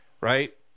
right